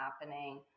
happening